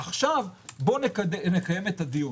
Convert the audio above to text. עכשיו בואו נקים את הדיון